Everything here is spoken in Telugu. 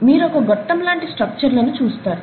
మీరు ఇక్కడ గొట్టము లాంటి స్ట్రక్చర్లను చూస్తారు